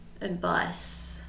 advice